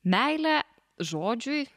meilę žodžiui